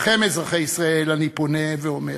לכם, אזרחי ישראל, אני פונה ואומר: